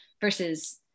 versus